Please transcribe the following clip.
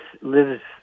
lives